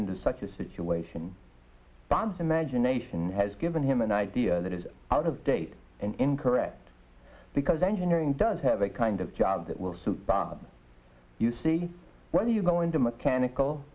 into such a situation benz imagination has given him an idea that is out of date and incorrect because engineering does have a kind of job that will suit bob you see what do you go in the mechanical